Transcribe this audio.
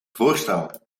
voorstel